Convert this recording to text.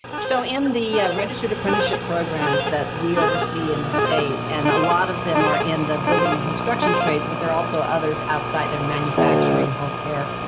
so, in the registered apprenticeship programs that we oversee in the state, and a lot of them are in the building and construction trades, but there are also others outside their manufacturing health care.